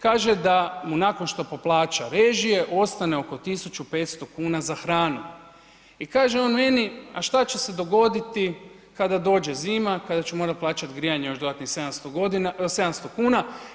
Kaže da mu nakon što poplaća režije ostane oko 1.500 kuna za hranu i kaže on meni, a šta će se dogoditi kada dođe zima kada ću morati plaćati grijanje još dodanih 700 kuna?